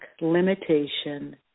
limitation